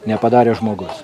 nepadarė žmogus